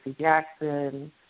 Jackson